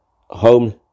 home